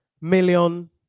million